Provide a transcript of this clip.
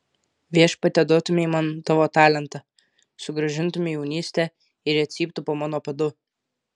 viešpatie duotumei man tavo talentą sugrąžintumei jaunystę ir jie cyptų po mano padu